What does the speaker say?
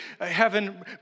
heaven